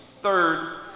Third